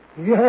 Yes